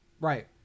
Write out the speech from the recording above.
Right